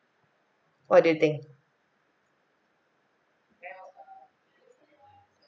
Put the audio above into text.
what do you think